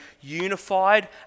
unified